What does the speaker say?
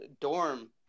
dorm